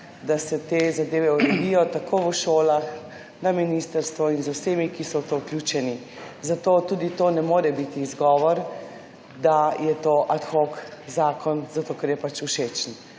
da se te zadeve uredijo tako v šolah, na ministrstvu in z vsemi, ki so v to vključeni. Zato tudi to ne more biti izgovor, da je to ad hoc zakon, zato ker je pač všečen.